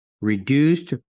reduced